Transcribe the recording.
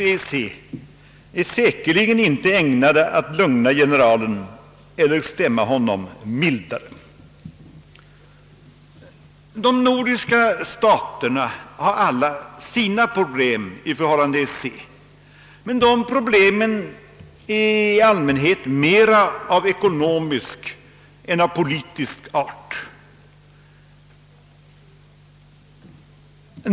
EEC är säkerligen inte ägnade att lugna generalen eller stämma honom mildare. De nordiska staterna har alla sina problem i förhållande till EEC, men de problemen är i allmänhet mer av ekonomisk än av politisk art.